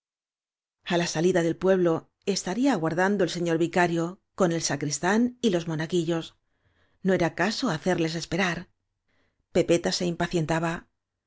beso a la salida del pueblo estaría aguardando el señor vicario con el sacristán y los mo naguillos no era caso de hacerles esperar áñ epeta se impacientaba